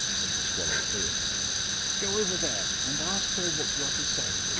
said the swallow, irritably go over there, and ask her what you are to say.